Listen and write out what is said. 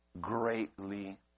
greatly